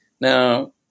Now